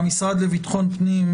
מהמשרד לביטחון פנים,